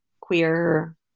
queer